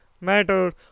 matter